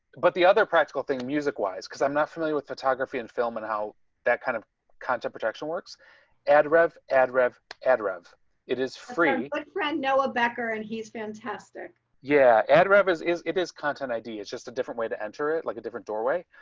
but the other practical thing music wise because i'm not familiar with photography and film and how that kind of content protection works address address address it is free right and now a backer and he's fantastic kerry muzzey yeah, ad revenue is it is content ideas just a different way to enter it like a different doorway.